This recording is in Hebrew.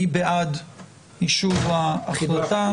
מי בעד אישור ההחלטה?